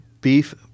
beef